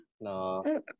No